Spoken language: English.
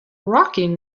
rocking